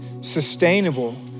sustainable